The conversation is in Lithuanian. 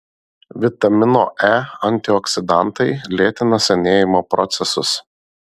vitamino e antioksidantai lėtina senėjimo procesus